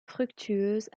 fructueuse